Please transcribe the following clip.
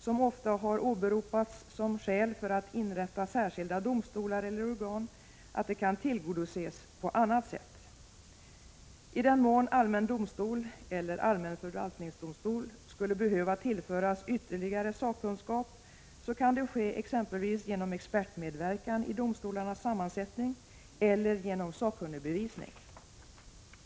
som ofta har åberopats som skäl för att inrätta särskilda domstolar eller organ kan tillgodoses på annat sätt. I den mån allmän domstol eller allmän förvaltningsdomstol skulle behöva tillföras ytterligare sakkunskap kan det ske genom exempelvis expertmedverkan i domstolens sammansättning eller genom sakkunnigbevisning.